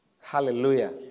Hallelujah